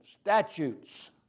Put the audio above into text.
statutes